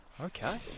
Okay